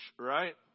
right